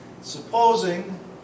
supposing